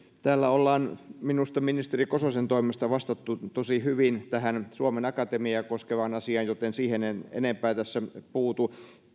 täällä ollaan minusta ministeri kososen toimesta vastattu tosi hyvin tähän suomen akatemiaa koskevaan asiaan joten siihen en enempää tässä puutu